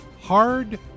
hard